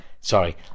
Sorry